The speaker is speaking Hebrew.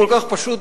כל כך פשוט,